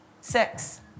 Six